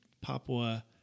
Papua